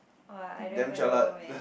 !wah! I don't even know man